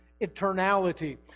eternality